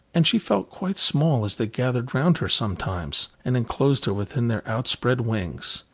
and she felt quite small as they gathered round her sometimes, and enclosed her within their outspread wings.